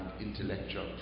intellectual